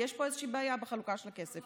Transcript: ויש פה איזו בעיה בחלוקה של הכסף.